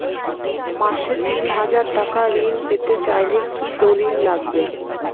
মাসে তিন হাজার টাকা ঋণ পেতে চাইলে কি দলিল লাগবে?